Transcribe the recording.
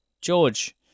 George